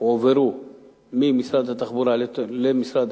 הועבר ממשרד התחבורה למשרד